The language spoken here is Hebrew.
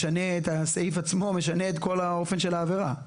הסעיף עצמו משנה את כל האופן של העבירה.